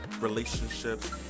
relationships